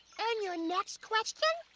and your next question?